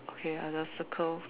okay I just circle